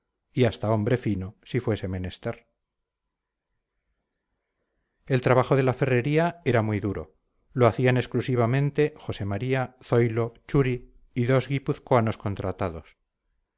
y hasta hombre fino si fuese menester el trabajo de la ferrería era muy duro lo hacían exclusivamente josé maría zoilo churi y dos guipuzcoanos contratados